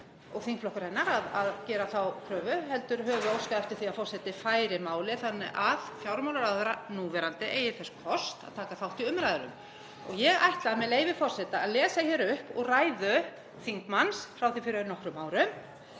og þingflokkur hennar, að gera þá kröfu heldur höfum við óskað eftir því að forseti færi málið þannig að núverandi fjármálaráðherra eigi þess kost að taka þátt í umræðunum. Ég ætla, með leyfi forseta, að lesa upp úr ræðu þingmanns frá því fyrir nokkrum árum: